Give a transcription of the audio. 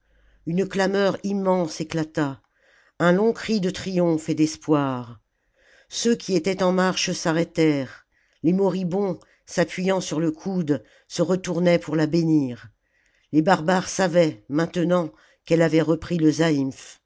une clameur immense éclata un long cri de triomphe et d'espoir ceux qui étaient en marche s'arrêtèrent les moribonds s'appujant sur le coude se retournaient pour la bénir les barbares savaient maintenant qu'elle avait repris le